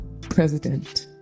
president